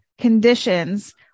conditions